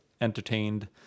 entertained